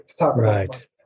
Right